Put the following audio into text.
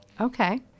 Okay